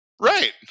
Right